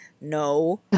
no